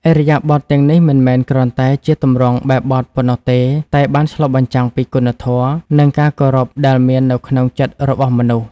ឥរិយាបថទាំងនេះមិនមែនគ្រាន់តែជាទម្រង់បែបបទប៉ុណ្ណោះទេ តែបានឆ្លុះបញ្ចាំងពីគុណធម៌ និងការគោរពដែលមាននៅក្នុងចិត្តរបស់មនុស្ស។